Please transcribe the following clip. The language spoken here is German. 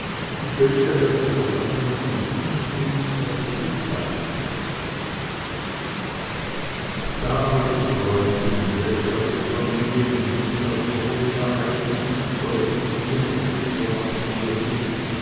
mit welcher er die versammlung endlich entließ als es ihm zeit dazu schien da aber die freuden welche auf dem familienglück und auf frohen ereignissen unter blutsverwandten beruhen